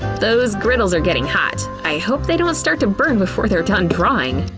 those grills are getting hot, i hope they don't start to burn before they're done drawing!